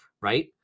right